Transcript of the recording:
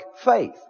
faith